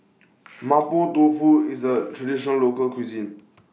Mapo Tofu IS A Traditional Local Cuisine